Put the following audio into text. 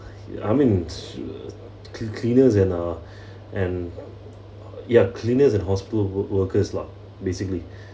I mean uh cl~ cleaners and uh and ya cleaners and hospital wor~ workers lah basically